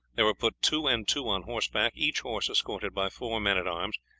they were put two and two on horseback, each horse escorted by four men-at-arms,